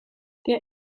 der